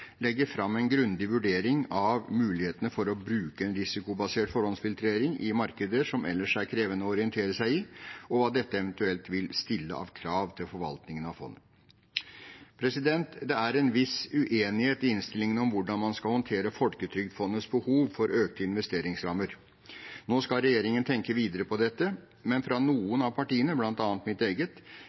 fram en grundig vurdering av mulighetene for å bruke en risikobasert forhåndsfiltrering i markeder som ellers er krevende å orientere seg i, og hva dette eventuelt vil stille av krav til forvaltningen av fondet. Det er en viss uenighet i innstillingen om hvordan man skal håndtere Folketrygdfondets behov for økte investeringsrammer. Nå skal regjeringen tenke videre på dette, men noen av partiene, bl.a. mitt eget,